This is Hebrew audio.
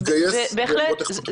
להתגייס ולראות איך פותרים אותו.